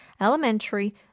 elementary